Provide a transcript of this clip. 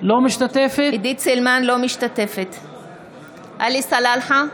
עלי סלאלחה,